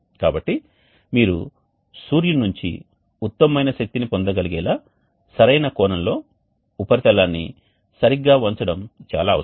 కాబట్టి మీరు సూర్యుని నుండి ఉత్తమమైన శక్తిని పొందగలిగేలా సరైన కోణంలో ఉపరితలాన్ని సరిగ్గా వంచడం చాలా అవసరం